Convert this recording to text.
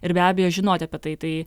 ir be abejo žinoti apie tai tai